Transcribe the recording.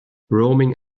roaming